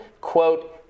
quote